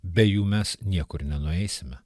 be jų mes niekur nenueisime